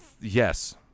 yes